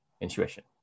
intuition